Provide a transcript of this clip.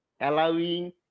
allowing